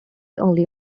only